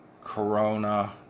corona